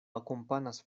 akompanas